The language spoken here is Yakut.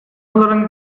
олорон